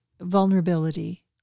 vulnerability